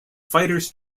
fighters